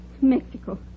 Mexico